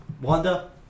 Wanda